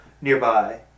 nearby